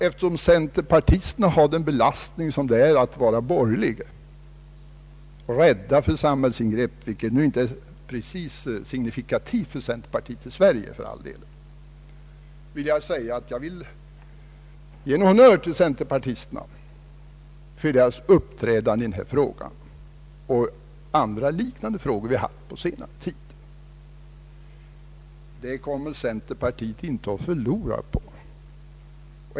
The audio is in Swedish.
Eftersom centerpartisterna har den belastning som det innebär att vara borgerliga och som sådana rädda för samhällsingrepp — vilket för all del inte är signifikativt för centerpartisterna i Sverige — vill jag ge en eloge till centerpartisterna för deras uppträdande i denna fråga och andra liknande frågor som vi haft till behandling under senare tid. Den hållningen kommer centerpartiet inte att förlora på.